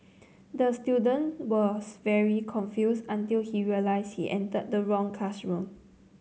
the student was very confused until he realised he entered the wrong classroom